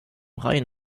rhein